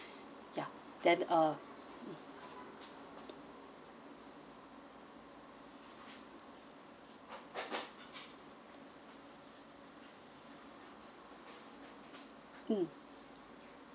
ya then uh mm